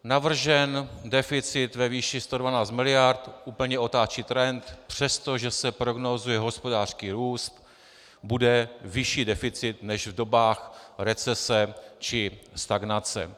Navržený deficit ve výši 112 mld. úplně otáčí trend, přestože se prognózuje hospodářský růst, bude vyšší deficit než v dobách recese či stagnace.